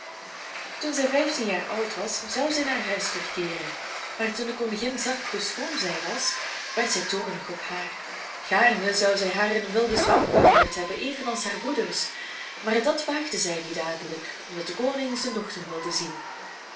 toen zij vijftien jaar oud was zou zij naar huis terugkeeren maar toen de koningin zag hoe schoon zij was werd zij toornig op haar gaarne zou zij haar in een wilden zwaan veranderd hebben evenals haar broeders maar dat waagde zij niet dadelijk omdat de koning zijn dochter wilde zien